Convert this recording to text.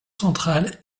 centrale